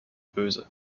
böse